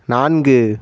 நான்கு